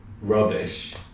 rubbish